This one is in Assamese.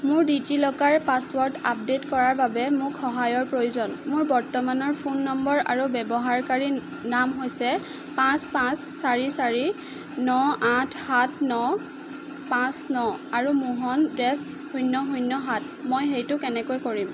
মোৰ ডিজি লকাৰ পাছৱৰ্ড আপডেট কৰাৰ বাবে মোক সহায়ৰ প্ৰয়োজন মোৰ বৰ্তমানৰ ফোন নম্বৰ আৰু ব্যৱহাৰকাৰী নাম হৈছে পাঁচ পাঁচ চাৰি চাৰি ন আঠ সাত ন পাঁচ ন আৰু মোহন দেছ শূণ্য শূণ্য সাত মই সেইটো কেনেকৈ কৰিম